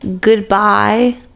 goodbye